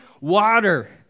water